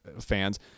fans